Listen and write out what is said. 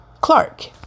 Clark